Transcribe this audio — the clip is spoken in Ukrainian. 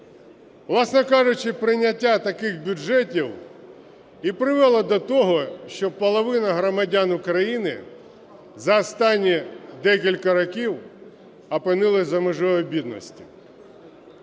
Власне кажучи, прийняття таких бюджетів і привело до того, що половина громадян України за останні декілька років опинилися за межею бідності.